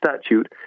statute